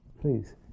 Please